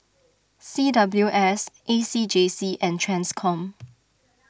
C W S A C J C and Transcom